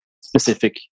specific